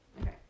Okay